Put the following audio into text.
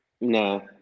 No